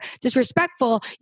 disrespectful